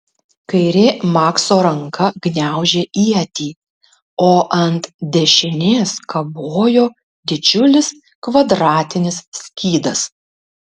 kairė makso ranka gniaužė ietį o ant dešinės kabojo didžiulis kvadratinis skydas